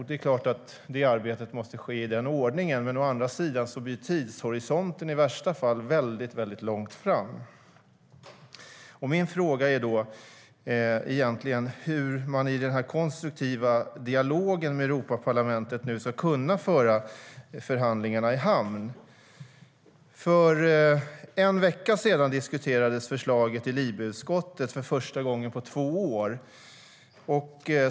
Det är klart att arbetet måste ske i den ordningen, men tidshorisonten kommer i värsta fall att vara väldigt långt fram. Min fråga är hur man i den konstruktiva dialogen med Europaparlamentet ska kunna föra förhandlingarna i hamn. För en vecka sedan diskuterades förslaget i LIBE-utskottet för första gången på två år.